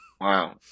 Wow